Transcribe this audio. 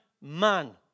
man